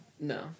No